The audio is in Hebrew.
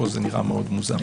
זה נראה מאוד מוזר.